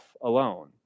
alone